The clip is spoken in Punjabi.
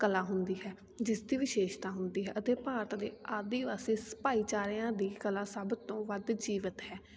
ਕਲਾ ਹੁੰਦੀ ਹੈ ਜਿਸ ਦੀ ਵਿਸ਼ੇਸ਼ਤਾ ਹੁੰਦੀ ਹੈ ਅਤੇ ਭਾਰਤ ਦੇ ਆਦਿਵਾਸੀ ਭਾਈਚਾਰਿਆਂ ਦੀ ਕਲਾ ਸਭ ਤੋਂ ਵੱਧ ਜੀਵਤ ਹੈ